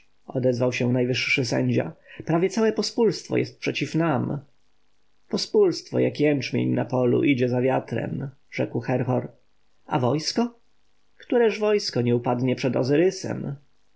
odezwał się najwyższy sędzia prawie całe pospólstwo jest przeciw nam pospólstwo jak jęczmień na polu idzie za wiatrem rzekł herhor a wojsko któreż wojsko nie upadnie przed